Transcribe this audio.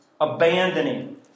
abandoning